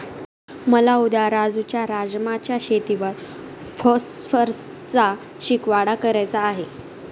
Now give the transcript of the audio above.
मला उद्या राजू च्या राजमा च्या शेतीवर फॉस्फरसचा शिडकाव करायचा आहे